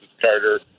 Carter